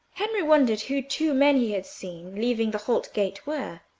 henry wondered who two men he had seen leaving the holt gate were,